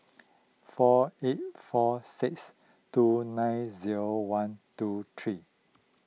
four eight four six two nine zero one two three